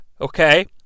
okay